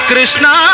Krishna